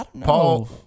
paul